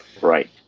Right